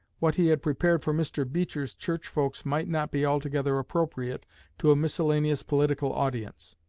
what he had prepared for mr. beecher's church-folks might not be altogether appropriate to a miscellaneous political audience.